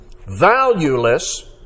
valueless